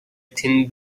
thin